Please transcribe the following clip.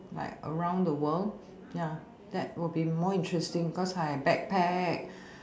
like around the world ya that will be more interesting cause I backpack